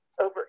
over